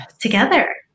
together